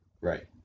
right